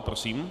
Prosím.